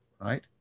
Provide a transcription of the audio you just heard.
right